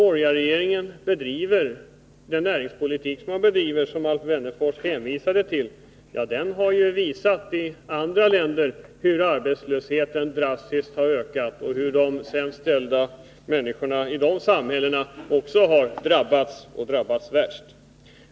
Alf Wennerfors hänvisade till den näringspolitik som borgarregeringen bedriver. Men förhållandena i andra länder har visat hur en sådan politik drastiskt ökat arbetslösheten och hur de sämst ställda människorna i de samhällena drabbats värst.